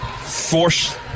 force